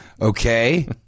Okay